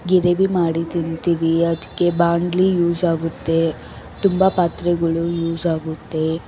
gravy ಮಾಡಿ ತಿಂತೀವಿ ಅದಕ್ಕೆ ಬಾಂಡ್ಲಿ ಯೂಸ್ ಆಗುತ್ತೆ ತುಂಬ ಪಾತ್ರೆಗಳು ಯೂಸ್ ಆಗುತ್ತೆ